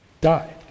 died